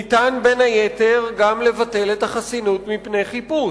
ניתן, בין היתר, גם לבטל את החסינות מפני חיפוש.